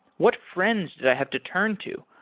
what friends did i have to turn to?